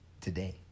Today